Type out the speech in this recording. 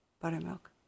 buttermilk